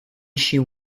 she